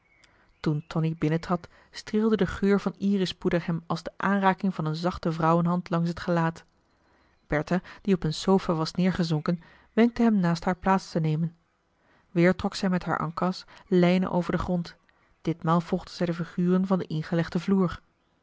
tonie binnentrad streelde de geur van iris poeder hem als de aanraking van een zachte vrouwenhand langs het gelaat bertha die op een sofa was neergezonken wenkte hem naast haar plaatstenemen weer trok zij met haar en cas lijnen over den grond ditmaal volgde zij de figuren van den ingelegden vloer